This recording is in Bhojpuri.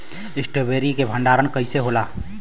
स्ट्रॉबेरी के भंडारन कइसे होला?